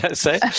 say